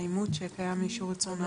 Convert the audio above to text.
אבל אני מעדיפה שהעיצום יישאר.